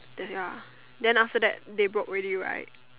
that's ya then after that they broke already right